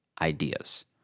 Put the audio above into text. ideas